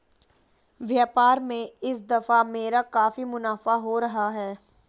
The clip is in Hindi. व्यापार में इस दफा मेरा काफी मुनाफा हो रहा है